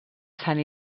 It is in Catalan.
sant